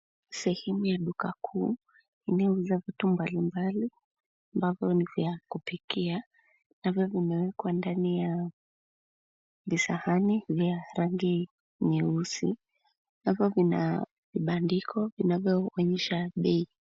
Sehemu ya duka kuu inayouza vitu mbailmbali ambavyo ni vya kupikia ambavyo vimewekwa ndani ya visahani vya rangi nyeusi ambavyo vina vibandiko vinavyoonyesha bei.